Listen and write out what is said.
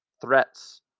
threats